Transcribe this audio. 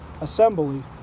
assembly